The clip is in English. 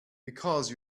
because